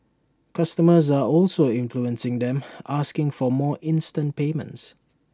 customers are also influencing them asking for more instant payments